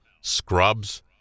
Scrubs